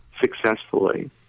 successfully